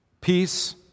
Peace